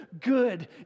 good